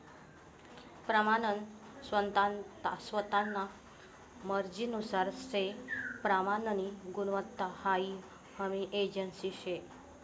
प्रमानन स्वतान्या मर्जीनुसार से प्रमाननी गुणवत्ता हाई हमी एजन्सी शे